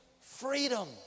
freedom